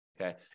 okay